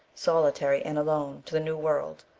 solitary and alone, to the new world.